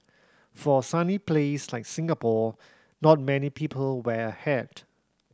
for a sunny place like Singapore not many people wear a hat